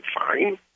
fine